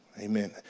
Amen